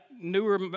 newer